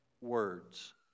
words